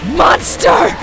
monster